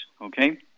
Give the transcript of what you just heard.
okay